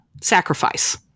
sacrifice